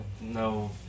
no